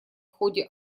ходе